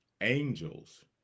angels